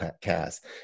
cast